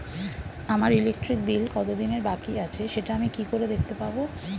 আমার electric bill কত দিনের বাকি আছে সেটা আমি কি করে দেখতে পাবো?